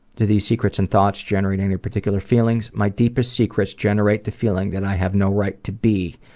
do these secrets and thoughts generate any particular feelings my deepest secrets generate the feeling that i have no right to be,